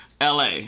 LA